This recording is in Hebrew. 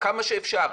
כמה שאפשר,